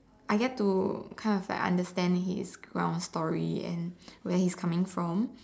I get to kind of like understand his ground story and where he's coming from